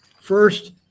First